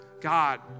God